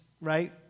right